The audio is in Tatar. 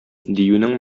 диюнең